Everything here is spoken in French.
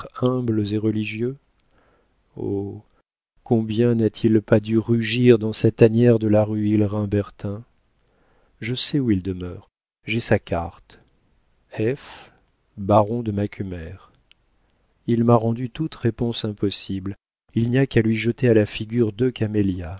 humbles et religieux oh combien n'a-t-il pas dû rugir dans sa tanière de la rue hillerin bertin je sais où il demeure j'ai sa carte f baron de macumer il m'a rendu toute réponse impossible il n'y a qu'à lui jeter à la figure deux camélias